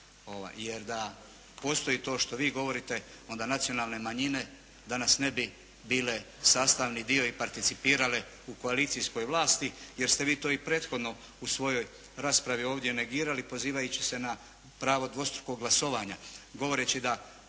jer da postoji to što vi govorite onda nacionalne manjine danas ne bi bile sastavni dio i participirale u koalicijskoj vlasti jer ste vi to i prethodno u svojoj raspravi ovdje negirali pozivajući se na pravo dvostrukog glasovanja